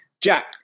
jack